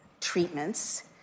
treatments